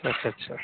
अच्छा अच्छा अच्छा